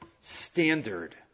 standard